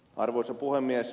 arvoisa puhemies